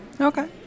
okay